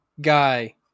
guy